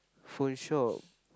phone shop